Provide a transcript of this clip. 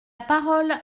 parole